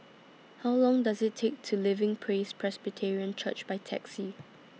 How Long Does IT Take to Living Praise Presbyterian Church By Taxi